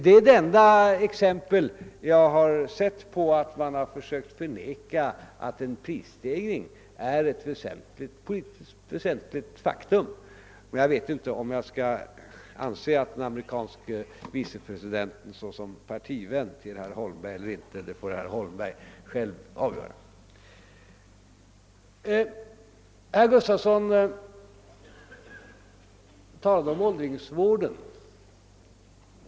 Det är det enda exempel jag sett på att man försökt förneka att en prisstegring är ett väsentligt faktum. Jag vet inte om jag skall anse den amerikanske vicepresidenten som partivän till herr Holmberg eller inte, det får herr Holmberg själv avgöra. Herr Gustafson talade om åldringsvården.